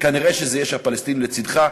כנראה זה יהיה כשהפלסטינים לצדך,